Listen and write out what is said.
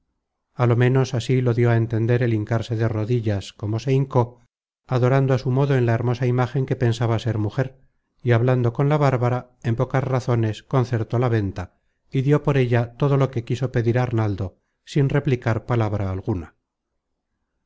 á lo menos así lo dió a entender el hincarse de rodillas como se hincó ado rando á su modo en la hermosa imagen que pensaba ser mujer y hablando con la bárbara en pocas razones concertó la venta y dió por ella todo lo que quiso pedir arnaldo sin replicar palabra alguna